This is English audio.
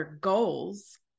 goals